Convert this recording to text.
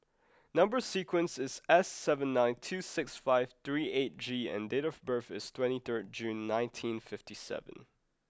number sequence is S seven nine two six five three eight G and date of birth is twenty third June nineteen fifty seven